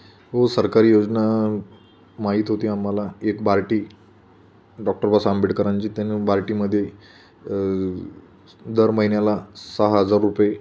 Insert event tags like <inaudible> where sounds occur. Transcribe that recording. हो सरकारी योजना माहीत होती आम्हाला एक बार्टी डॉक्टर <unintelligible> आंबेडकरांची त्यानं बार्टीमधे दर महिन्याला सहा हजार रुपये